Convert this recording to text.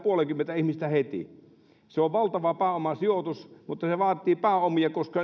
puolenkymmentä ihmistä heti se on valtava pääomasijoitus mutta se vaatii pääomia koska